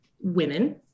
women